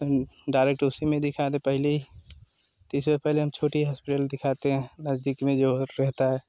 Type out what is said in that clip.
उन डायरेक्ट उसी में दिखा दे पहले ही इससे पहले हम छोटी हस्पिटल में दिखते हैं नज़दीक में जो रहता है